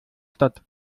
stadt